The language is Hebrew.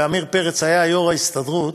ועמיר פרץ היה יושב-ראש ההסתדרות,